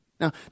Now